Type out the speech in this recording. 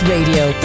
Radio